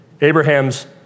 Abraham's